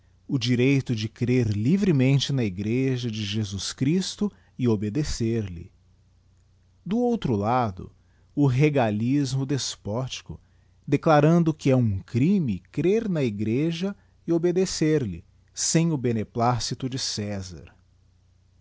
o direito de crer livremente na igreja de jesus christo e obedecer-lhe do outro lado oregalismo despótico declarando que é ura crime crer na igreja e obedecer-lhe bem o beneplácito de césar